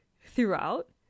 throughout